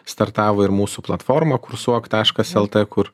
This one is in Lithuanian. startavo ir mūsų platforma kursuok taškas lt kur